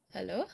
hello